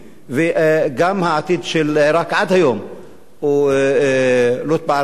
וגם העתיד של עירק עד היום לוט בערפל,